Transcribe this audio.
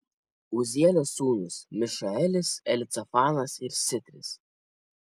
uzielio sūnūs mišaelis elicafanas ir sitris